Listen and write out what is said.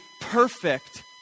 perfect